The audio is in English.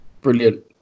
Brilliant